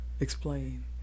Explain